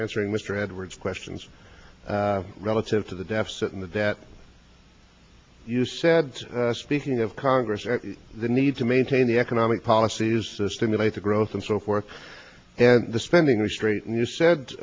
answering mr edwards questions relative to the deficit and the debt you said speaking of congress the need to maintain the economic policies to stimulate the growth and so forth the spending restraint and you said